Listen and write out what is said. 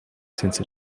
since